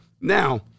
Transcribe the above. Now